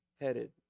headed